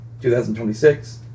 2026